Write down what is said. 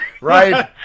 Right